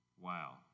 Wow